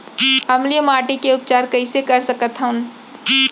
अम्लीय माटी के उपचार कइसे कर सकत हन?